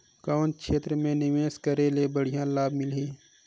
कौन क्षेत्र मे निवेश करे ले बढ़िया लाभ मिलही?